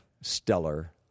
stellar